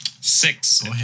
Six